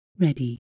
ready